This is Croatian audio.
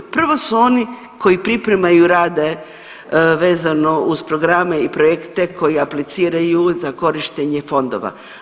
Prvo su oni koji pripremaju, rade vezano uz programe i projekte koji apliciraju za korištenje fondova.